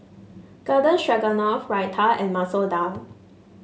Garden Stroganoff Raita and Masoor Dal